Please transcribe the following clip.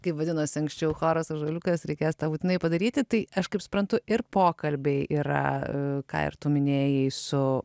kaip vadinosi anksčiau choras ąžuoliukas reikės būtinai padaryti tai aš kaip suprantu ir pokalbiai yra ką ir tu minėjai su